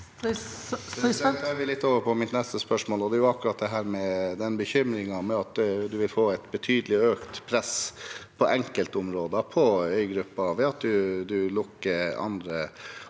Jeg vil over på mitt neste spørsmål. Det gjelder akkurat den bekymringen for at man vil få et betydelig økt press på enkeltområder på øygruppen ved at man lukker andre,